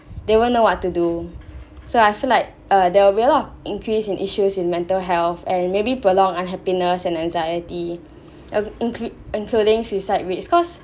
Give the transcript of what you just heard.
they won't know what to do so I feel like uh there will be a lot of increase in issues in mental health and maybe prolonged unhappiness and anxiety in~ include including suicide rates cause